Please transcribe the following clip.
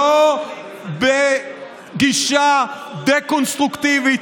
לא בגישה דה-קונסטרוקטיבית,